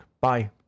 Bye